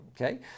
okay